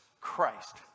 Christ